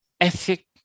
ethic